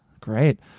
Great